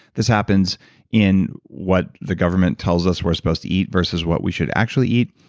this happens in what the government tells us we're supposed to eat versus what we should actually eat.